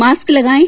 mask लगायें